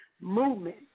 movement